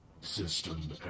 System